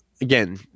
Again